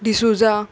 D'Souza